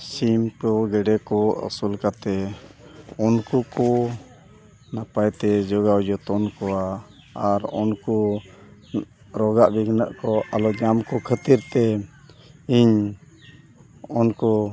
ᱥᱤᱢ ᱠᱚ ᱜᱮᱹᱰᱮ ᱠᱚ ᱟᱹᱥᱩᱞ ᱠᱟᱛᱮᱫ ᱩᱱᱠᱩ ᱠᱚ ᱱᱟᱯᱟᱭᱛᱮ ᱡᱳᱜᱟᱣ ᱡᱚᱛᱚᱱ ᱠᱚᱣᱟ ᱟᱨ ᱩᱱᱠᱩ ᱨᱳᱜᱽ ᱟᱜ ᱵᱤᱜᱷᱤᱱᱟᱜ ᱠᱚ ᱟᱞᱚ ᱧᱟᱢ ᱠᱚ ᱠᱷᱟᱹᱛᱤᱨᱛᱮ ᱤᱧ ᱩᱱᱠᱩ